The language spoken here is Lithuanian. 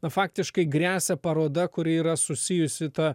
na faktiškai gresia paroda kuri yra susijusi ta